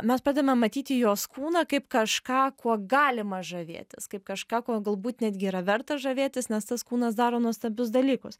mes pradedame matyti jos kūną kaip kažką kuo galima žavėtis kaip kažką kuo galbūt netgi yra verta žavėtis nes tas kūnas daro nuostabius dalykus